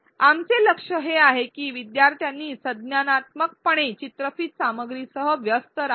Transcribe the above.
आमचे लक्ष्य हे आहे की विद्यार्थ्यांनी संज्ञानात्मकपणे चित्रफित सामग्रीसह व्यस्त रहावे